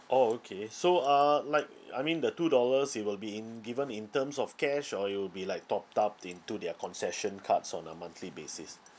orh okay so uh like I mean the two dollars it will be in given in terms of cash or it will be like topped up into their concession cards on a monthly basis